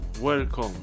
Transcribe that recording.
welcome